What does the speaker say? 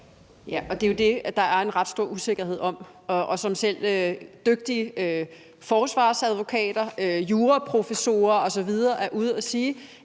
Ja, og det er jo det, der er en ret stor usikkerhed om. Selv dygtige forsvarsadvokater, juraprofessorer osv. er ude at sige,